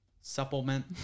supplement